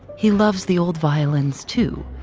he loves the old violins, too.